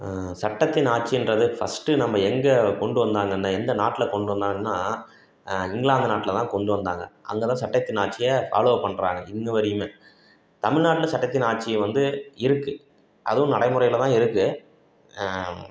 சட்டத்தின் ஆட்சி என்கிறது ஃபஸ்ட்டு நம்ம எங்கே கொண்டு வந்தாங்கன்னு எந்த நாட்டில் கொண்டு வந்தாங்கன்னால் இங்கிலாந்து நாட்டில்தான் கொண்டு வந்தாங்க அங்கேதான் சட்டத்தின் ஆட்சியை ஃபாலோ பண்ணுறாங்க இன்னு வரையுமே தமிழ்நாட்டில் சட்டத்தின் ஆட்சி வந்து இருக்குது அதுவும் நடைமுறையில்தான் இருக்குது